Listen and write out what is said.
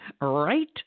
Right